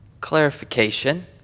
Clarification